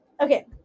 okay